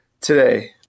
today